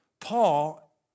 Paul